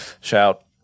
shout